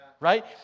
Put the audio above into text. Right